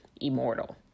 immortal